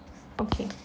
okay